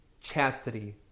chastity